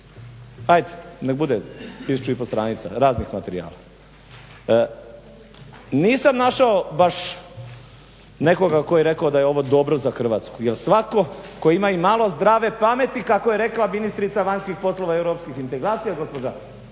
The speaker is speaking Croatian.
ajde nek bude tisuću i pol stranica raznih materijala. Nisam našao baš nekoga tko je rekao da je ovo dobro za Hrvatsku jer svatko tko ima imalo zdrave pameti kako je rekla ministrica vanjskih poslova i europskih integracija gospođa